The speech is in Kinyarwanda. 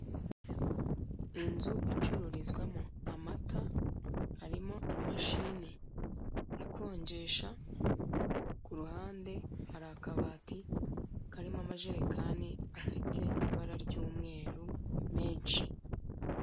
inzu icururizwamo amata harimo imashini ikonjesha kuruhande hari akabati karimo amajerekani afite ibara ryumweru menshi.